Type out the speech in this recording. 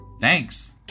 Thanks